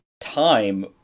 time